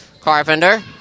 Carpenter